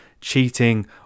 cheating